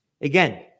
Again